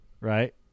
right